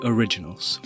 Originals